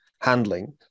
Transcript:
handling